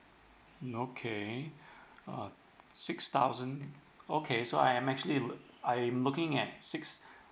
mm okay uh six thousand okay so I'm actually lo~ I am looking at six